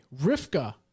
Rivka